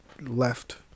left